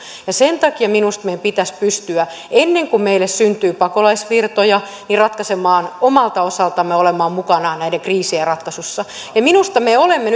ja sen takia minusta meidän pitäisi pystyä ennen kuin meille syntyy pakolaisvirtoja ratkaisemaan omalta osaltamme mukanaolo näiden kriisien ratkaisussa ja minusta me olemme